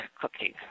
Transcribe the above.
cooking